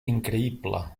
increïble